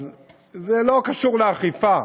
זה לא קשור לאכיפה